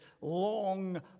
long